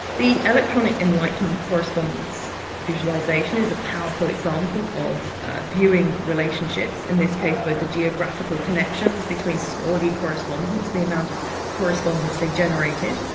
the electronic enlightenment correspondence visualization is a powerful example of viewing relationships, in this case both the geographical connections between scholarly correspondence, the amount of correspondence they generated.